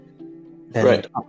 right